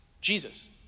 Jesus